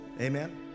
Amen